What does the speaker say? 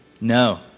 No